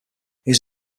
was